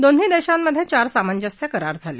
दोन्ही देशांमध्ये चार सामंजस्य करार झाले